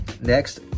Next